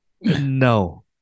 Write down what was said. No